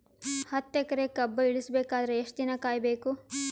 ಹತ್ತು ಎಕರೆ ಕಬ್ಬ ಇಳಿಸ ಬೇಕಾದರ ಎಷ್ಟು ದಿನ ಕಾಯಿ ಬೇಕು?